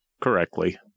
correctly